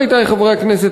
עמיתי חברי הכנסת,